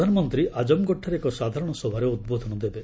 ପ୍ରଧାନମନ୍ତ୍ରୀ ଆଜମଗଡ଼ଠାରେ ଏକ ସାଧାରଣ ସଭାରେ ଉଦ୍ବୋଧନ ଦେବେ